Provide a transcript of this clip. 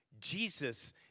Jesus